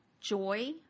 joy